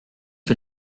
que